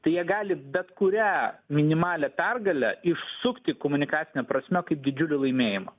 tai jie gali bet kurią minimalią pergalę išsukti komunikacine prasme kaip didžiulį laimėjimą